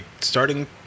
starting